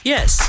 Yes